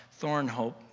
Thornhope